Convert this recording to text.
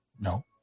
No